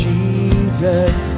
Jesus